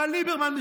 בא ליברמן,